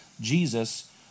Jesus